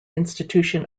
institution